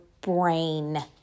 brain